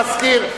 אדוני המזכיר,